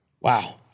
Wow